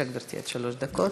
בבקשה, גברתי, עד שלוש דקות.